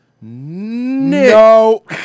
No